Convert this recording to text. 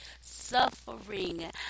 suffering